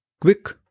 quick